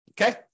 okay